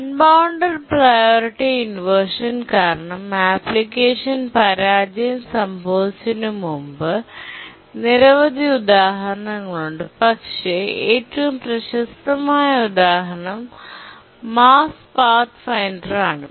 unbounded priority inversion കാരണം application പരാജയം സംഭവിച്ചതിന് മുമ്പ് നിരവധി ഉദാഹരണങ്ങളുണ്ട് പക്ഷേ ഏറ്റവും പ്രശസ്തമായ ഉദാഹരണം മാർസ് പാത്ത് ഫൈൻഡറാണ്